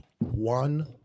one